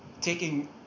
taking